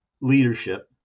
leadership